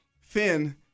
Finn